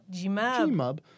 Gmub